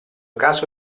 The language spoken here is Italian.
caso